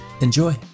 enjoy